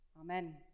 Amen